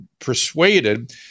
persuaded